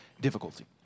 difficulty